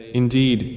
indeed